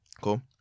Cool